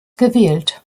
gewählt